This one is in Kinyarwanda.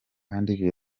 kandi